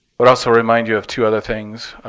but also remind you of two other things.